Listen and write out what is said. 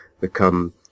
become